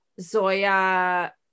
zoya